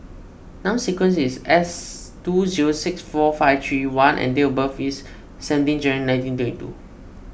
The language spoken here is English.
Number Sequence is S two zero six four five three one F and date of birth is seventeen January nineteen twenty two